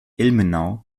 ilmenau